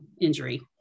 injury